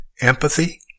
empathy